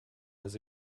has